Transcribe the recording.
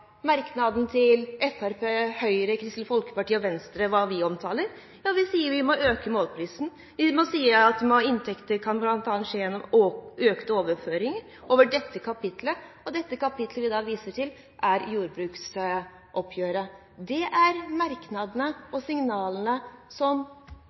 vi omtaler: Vi sier vi må øke målprisen, vi sier at inntekter kan bl.a. skje gjennom økte overføringer «over dette kapittelet», og «dette kapittelet» vi viser til, er jordbruksoppgjøret. Det er merknadene